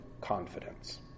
confidence